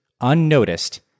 unnoticed